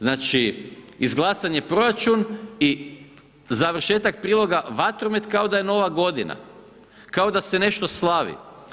Znači izglasan je proračun i završetak priloga vatromet kao da je nova godina, kao da se nešto slavi.